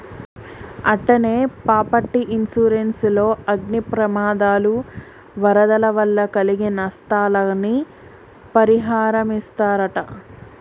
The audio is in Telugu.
అట్టనే పాపర్టీ ఇన్సురెన్స్ లో అగ్ని ప్రమాదాలు, వరదల వల్ల కలిగే నస్తాలని పరిహారమిస్తరట